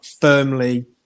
firmly